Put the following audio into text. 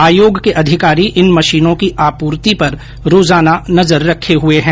आयोग के अधिकारी इन मशीनों की आपूर्ति पर रोजाना नजर रखे हुए हैं